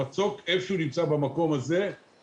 המצוק במקום הזה שהוא נמצא,